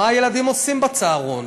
מה הילדים עושים בצהרון.